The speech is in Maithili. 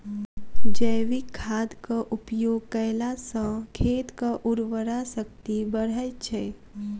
जैविक खादक उपयोग कयला सॅ खेतक उर्वरा शक्ति बढ़ैत छै